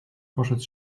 poszedł